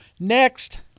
Next